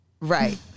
right